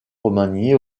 remaniée